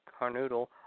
Carnoodle